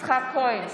יצחק כהן,